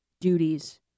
duties